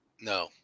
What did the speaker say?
No